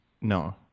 No